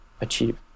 achieve